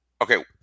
Okay